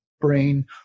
brain